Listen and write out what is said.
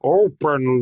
open